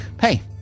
hey